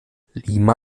lima